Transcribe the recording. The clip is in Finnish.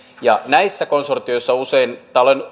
näissä konsortioissa olen usein